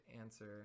answer